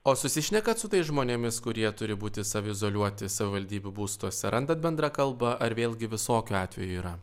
o susišnekat su tais žmonėmis kurie turi būti savi izoliuoti savivaldybių būstuose randat bendrą kalbą ar vėlgi visokių atvejų yra